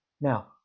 now